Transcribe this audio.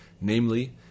namely